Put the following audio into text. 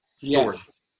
Yes